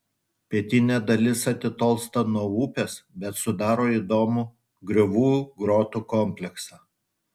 pietinė dalis atitolsta nuo upės bet sudaro įdomų griovų grotų kompleksą